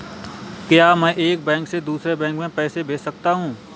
क्या मैं एक बैंक से दूसरे बैंक में पैसे भेज सकता हूँ?